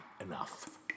enough